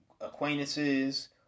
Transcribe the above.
Acquaintances